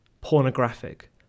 pornographic